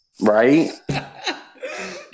Right